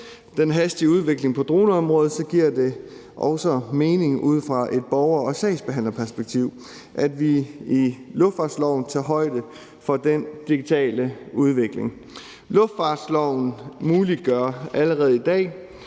den hastige udvikling på droneområdet giver det også mening ud fra et borger- og sagsbehandlerperspektiv, at vi i luftfartsloven tager højde for den digitale udvikling. Luftfartsloven muliggør allerede i dag,